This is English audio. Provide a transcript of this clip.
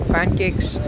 Pancakes